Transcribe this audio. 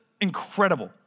incredible